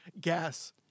gas